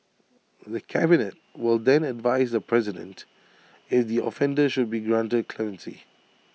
the cabinet will then advise the president if the offender should be granted clemency